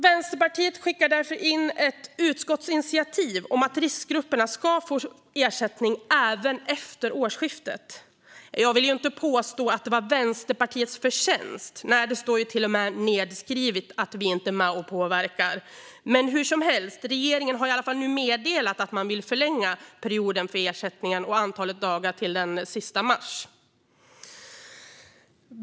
Vänsterpartiet föreslog därför ett utskottsinitiativ om att riskgrupperna ska få ersättning även efter årsskiftet. Jag vill inte påstå att det var Vänsterpartiets förtjänst - nej, det står ju till och med nedskrivet att vi inte är med och påverkar. Hur som helst har regeringen i alla fall nu meddelat att den vill förlänga perioden för ersättningen och antalet dagar till den 31 mars.